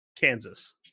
Kansas